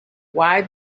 why